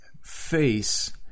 face